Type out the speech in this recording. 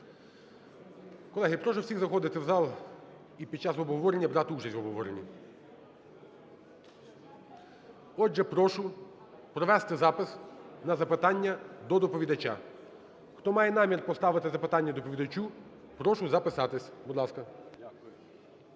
Колеги, прошу всіх заходити в зал, і під час обговорення брати участь в обговоренні. Отже, прошу провести запис на запитання до доповідача. Хто має намір поставити запитання доповідачу, прошу записатися. Будь ласка.